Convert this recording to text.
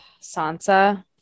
Sansa